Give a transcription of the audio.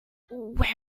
where